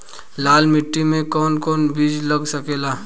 लाल मिट्टी में कौन कौन बीज लग सकेला?